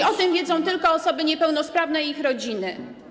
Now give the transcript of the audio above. I o tym wiedzą tylko osoby niepełnosprawne i ich rodziny.